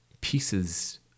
pieces